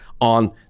on